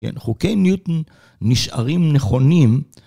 כן, חוקי ניוטון נשארים נכונים.